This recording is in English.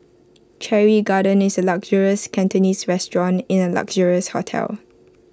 Cherry garden is A luxurious Cantonese restaurant in A luxurious hotel